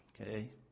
Okay